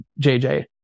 JJ